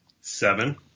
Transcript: seven